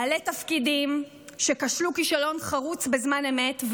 בעלי תפקידים כשלו כישלון חרוץ בזמן אמת,